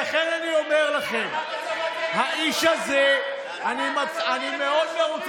לכן אני אומר לכם, האיש הזה, אתם לא מתביישים?